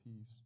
peace